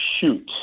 shoot